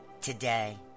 today